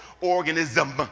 organism